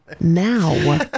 now